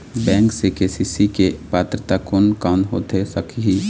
Bank से KCC के पात्रता कोन कौन होथे सकही?